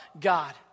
God